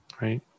right